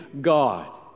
God